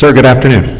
so good afternoon.